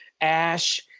ash –